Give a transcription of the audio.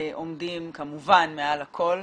עומדים כמובן מעל הכל,